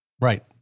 Right